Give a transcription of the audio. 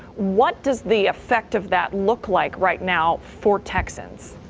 what does the effect of that look like right now for texans.